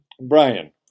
Brian